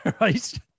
Right